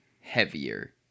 heavier